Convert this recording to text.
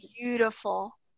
beautiful